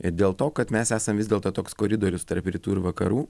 ir dėl to kad mes esam vis dėlto toks koridorius tarp rytų ir vakarų